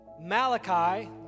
Malachi